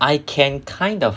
I can kind of